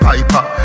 Piper